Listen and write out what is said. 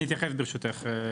אני אתייחס, ברשותך.